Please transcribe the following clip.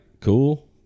cool